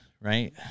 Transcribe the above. right